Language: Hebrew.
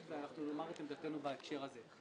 ואנחנו נאמר את עמדתנו בהקשר הזה.